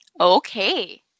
Okay